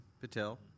Patel